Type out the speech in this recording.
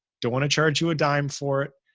don't want to charge you a dime for it.